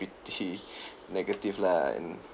pretty negative lah and